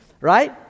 Right